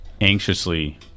anxiously